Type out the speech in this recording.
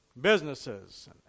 Businesses